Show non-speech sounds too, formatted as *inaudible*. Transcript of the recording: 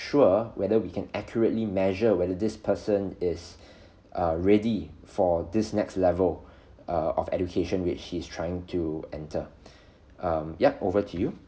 sure whether we can accurately measure whether this person is *breath* uh ready for this next level *breath* uh of education which he's trying to enter *breath* um yup over to you